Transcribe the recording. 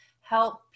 help